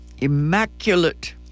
immaculate